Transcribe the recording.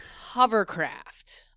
Hovercraft